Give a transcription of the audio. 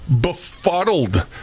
befuddled